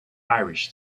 irish